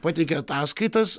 pateikia ataskaitas